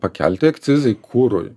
pakelti akcizai kurui